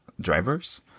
drivers